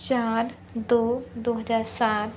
चार दो दो हजार सात